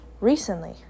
recently